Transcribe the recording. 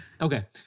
okay